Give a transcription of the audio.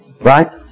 Right